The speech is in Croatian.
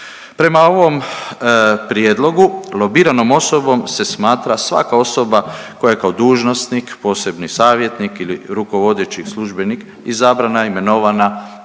Prema ovom prijedlogu lobiranom osobom se smatra svaka osoba koja je kao dužnosnik, posebni savjetnik ili rukovodeći službenik, izabrana, imenovana,